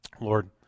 Lord